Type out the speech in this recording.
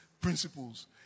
principles